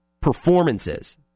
performances